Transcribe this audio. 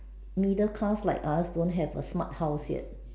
middle class like us don't have a smart house yet